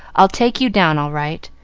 i'll take you down all right.